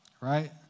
right